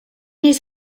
his